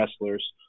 wrestlers